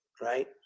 right